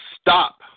stop